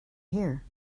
here